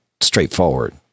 straightforward